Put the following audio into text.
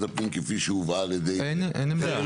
הפנים כפי שהובאה על ידי --- אין עמדה.